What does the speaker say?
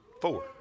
Four